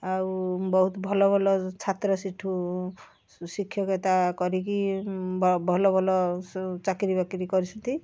ଆଉ ବହୁତ ଭଲ ଭଲ ଛାତ୍ର ସେଠୁ ଶିକ୍ଷକତା କରିକି ଭଲ ଭଲ ଚାକିରି ବାକିରି କରିଛନ୍ତି